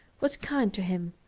was kind to him,